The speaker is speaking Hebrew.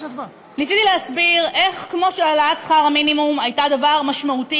ניסיתי להסביר איך כמו שהעלאת שכר מינימום הייתה דבר משמעותי